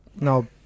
no